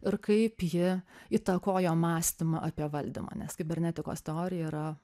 ir kaip ji įtakojo mąstymą apie valdymą nes kibernetikos teorija yra